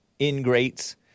ingrates